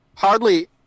Hardly